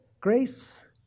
Grace